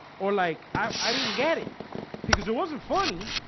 or like i didn't get it because it wasn't funny.